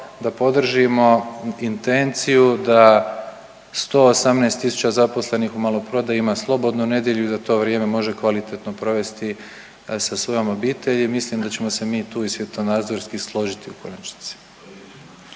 da podržimo intenciju da 118000 zaposlenih u maloprodaji ima slobodnu nedjelju i da to vrijeme može kvalitetno provesti sa svojom obitelji. Mislim da ćemo se mi tu i svjetonazorski složiti u konačnici.